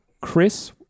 Chris